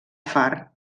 far